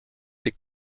des